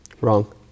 Wrong